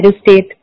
State